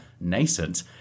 nascent